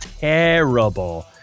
terrible